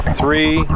three